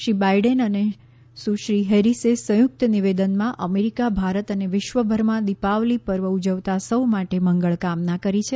Shri Biden અને સુશ્રી હેરિસે સંયુક્ત નિવેદનમાં અમેરિકા ભારત અને વિશ્વભરમાં દિપાવલી પર્વ ઉજવતા સૌ માટે મંગળ કામના કરી છે